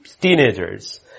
teenagers